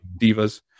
divas